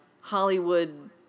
Hollywood